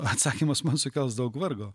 atsakymas man sukels daug vargo